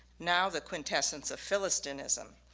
now the quintessence of philistinism,